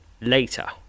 later